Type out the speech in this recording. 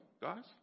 guys